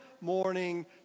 morning